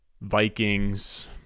Vikings